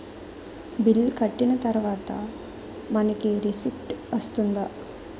Bill కట్టిన తర్వాత మనకి రిసీప్ట్ వస్తుందా?